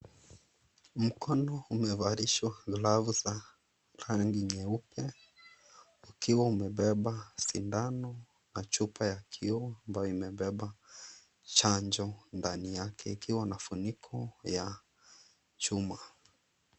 Mkono umevalishwa glavu za rangi nyeupe ukiwa umebeba sindano na chupa ya kioo ambayo imebeba chanjo ndani yake ikiwa na ufuniko ya chuma.